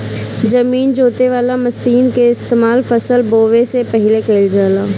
जमीन जोते वाला मशीन के इस्तेमाल फसल बोवे से पहिले कइल जाला